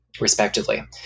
respectively